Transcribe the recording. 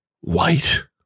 white